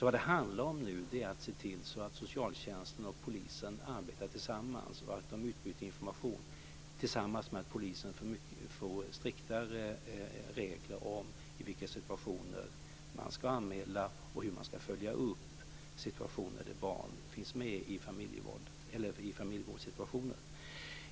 Vad det handlar om nu är alltså att se till att socialtjänsten och polisen arbetar tillsammans och utbyter information, samtidigt som polisen får striktare regler för att anmäla och följa upp de fall av familjevåld där barn finns med.